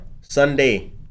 Sunday